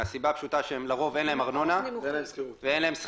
מהסיבה הפשוטה שלרוב אין להם ארנונה ואין להם שכירות.